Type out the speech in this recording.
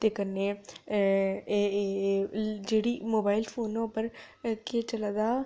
ते कन्नै अ एह् जेह्ड़ी मोबाइल फोनै उप्पर केह् चलै दा